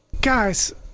guys